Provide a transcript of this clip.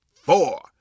four